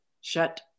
shut